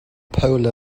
polar